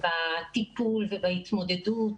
בטיפול ובהתמודדות